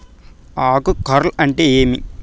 ఆకు కార్ల్ అంటే ఏమి?